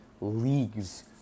leagues